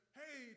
hey